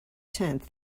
tenth